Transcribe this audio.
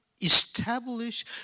establish